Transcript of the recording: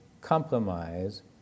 compromise